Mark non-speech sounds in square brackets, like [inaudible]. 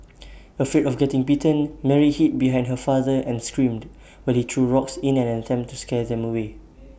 afraid of getting bitten Mary hid behind her father and screamed while he threw rocks in an attempt to scare them away [noise]